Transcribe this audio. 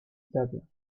table